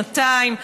שנתיים.